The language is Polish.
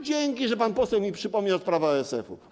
Dzięki, że pan poseł mi przypomniał sprawę ASF-u.